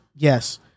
Yes